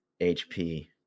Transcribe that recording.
HP